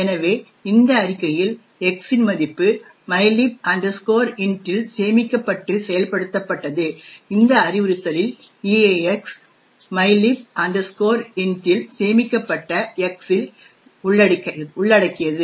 எனவே இந்த அறிக்கையில் X மதிப்பு mylib int இல் சேமிக்கப்பட்டு செயல்படுத்தப்பட்டது இந்த அறிவுறுத்தலில் EAX mylib int இல் சேமிக்கப்பட்ட X ஐ உள்ளடக்கியது